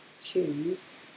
choose